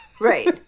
Right